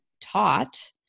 taught